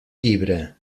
llibre